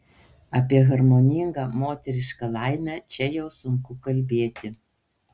apie harmoningą moterišką laimę čia jau sunku kalbėti